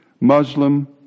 Muslim